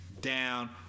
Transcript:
down